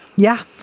yeah,